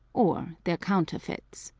or their counterfeits.